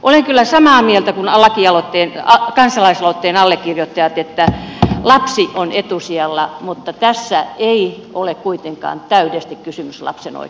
olen kyllä samaa mieltä kuin kansalaisaloitteen allekirjoittajat että lapsi on etusijalla mutta tässä ei ole kuitenkaan täydesti kysymys lapsen oikeudesta